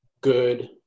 Good